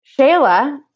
Shayla